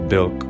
Bill